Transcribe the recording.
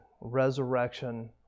resurrection